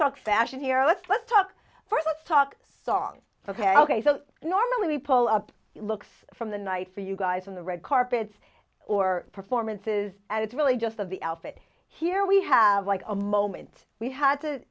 talk fashion here let's let's talk first let's talk song for k ok so normally we pull up looks from the night for you guys on the red carpet or performances and it's really just of the outfit here we have like a moment we had to